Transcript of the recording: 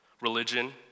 Religion